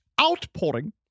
outpouring